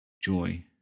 joy